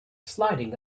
sliding